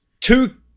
two